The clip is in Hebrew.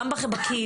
גם בקהילה.